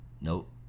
Nope